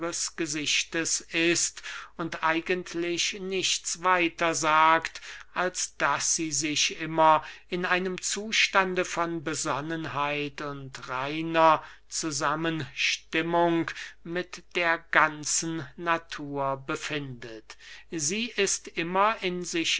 ist und eigentlich nichts weiter sagt als daß sie sich immer in einem zustande von besonnenheit und reiner zusammenstimmung mit der ganzen natur befindet sie ist immer in sich